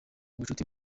ubucuti